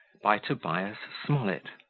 by tobias smollett